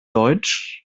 deutsch